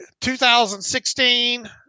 2016